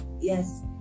yes